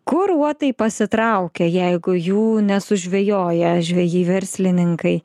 kur uotai pasitraukia jeigu jų nesužvejoja žvejai verslininkai